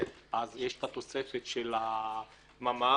אז יש התוספת של הממ"ד,